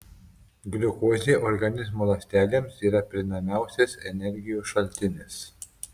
gliukozė organizmo ląstelėms yra prieinamiausias energijos šaltinis